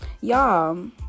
y'all